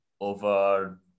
over